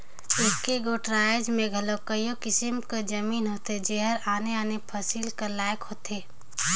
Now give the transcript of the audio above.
एके गोट राएज में घलो कइयो किसिम कर जमीन होथे जेहर आने आने फसिल कर लाइक होथे